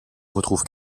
retrouve